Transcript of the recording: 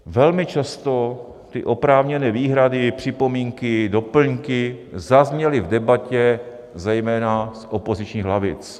Velmi často ty oprávněné výhrady, připomínky, doplňky zazněly v debatě zejména z opozičních lavic.